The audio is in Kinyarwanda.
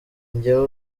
njyewe